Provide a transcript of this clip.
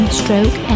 stroke